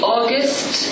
August